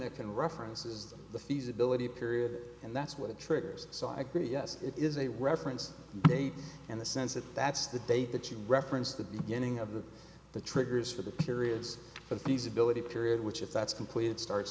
that can reference is the feasibility period and that's what it triggers so i agree yes it is a reference date in the sense that that's the date that you referenced the beginning of the the triggers for the periods but these ability period which if that's completed starts